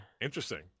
Interesting